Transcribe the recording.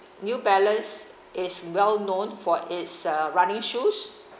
new balance is well known for its uh running shoes